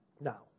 Now